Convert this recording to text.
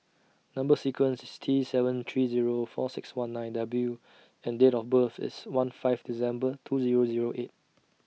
Number sequence IS T seven three Zero four six one nine W and Date of birth IS one five December two Zero Zero eight